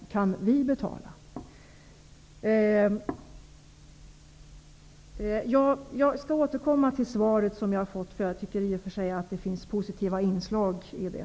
Jag skall återkomma till svaret som jag fått. Jag tycker att det i och för sig finns positiva inslag i det.